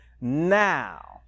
now